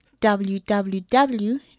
www